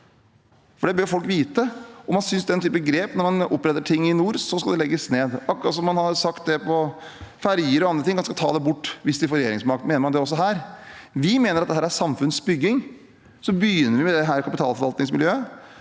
år. Det bør folk vite – hva man synes om den typen grep, som å opprette ting i nord – om det skal legges ned. Akkurat som man har sagt om ferjer og andre ting – man skal ta det bort hvis man får regjeringsmakt. Mener man det også her? Vi mener det er samfunnsbygging. Vi begynner med dette kapitalforvaltningsmiljøet,